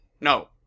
No